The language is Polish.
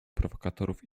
prowokatorów